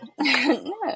no